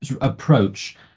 approach